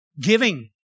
giving